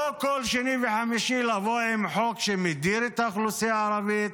לא כל שני וחמישי לבוא עם חוק שמדיר את האוכלוסייה הערבית,